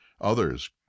others